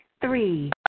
three